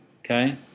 okay